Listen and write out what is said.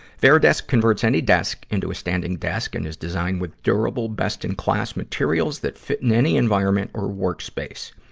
varidesk converts any desk into a standing desk and is designed with durable, best-in-class materials that fit in any environment or workspace.